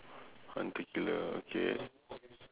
hunter killer okay